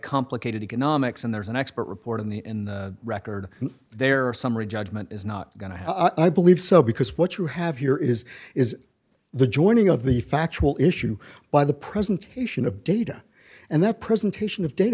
complicated economics and there's an expert report in the in the record there are summary judgment is not going to have i believe so because what you have here is is the joining of the factual issue by the presentation of data and that presentation of dat